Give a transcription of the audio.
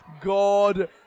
God